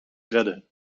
redden